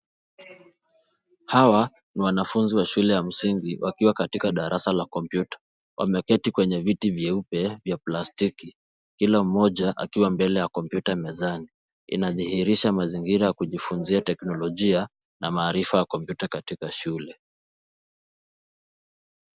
Hawa ni wanafunzi wa shule ya msingi wakiwa katika darasa la kompyuta. Wameketi kwenye viti vyeupe vya plastiki kila mmoja akiwa mbele ya kompyuta mezani. Inadhihirisha mazingira ya kujifunza teknolojia na maarifa ya kompyuta katika shule.